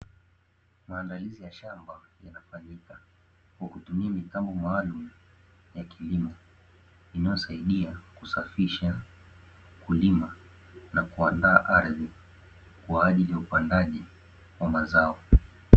Maandalizi ya shamba yanafanyika kwa kutumia mitambo malumu ya kilimo inayosaidia kusafisha, kulima na kuandaa ardhi kwa ajili ya upandaji wa mazao.